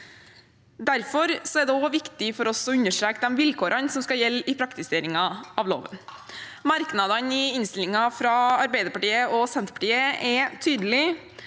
Derfor er det også viktig for oss å understreke de vilkårene som skal gjelde i praktiseringen av loven. Merknadene i innstillingen fra Arbeiderpartiet og Senterpartiet er tydelige: